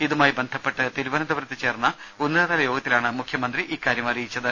ഇതുമായി ബന്ധപ്പെട്ട് തിരുവനന്തപുരത്ത് ചേർന്ന ഉന്നതതല യോഗത്തിലാണ് മുഖ്യമന്ത്രി ഇക്കാര്യം അറിയിച്ചത്